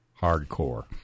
Hardcore